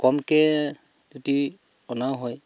কমকৈ যদি অনাও হয়